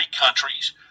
countries